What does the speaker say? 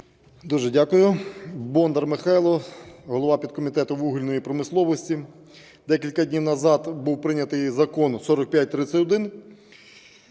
Дуже дякую. Бондар Михайло, голова підкомітету вугільної промисловості. Декілька днів назад був прийнятий Закон 4531.